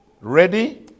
ready